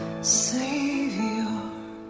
Savior